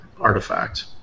artifact